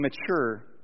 mature